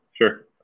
Sure